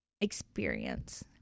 experience